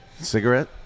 cigarette